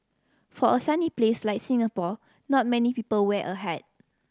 for a sunny place like Singapore not many people wear a hat